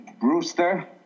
Brewster